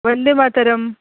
Vande Mataram